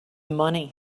money